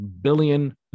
billion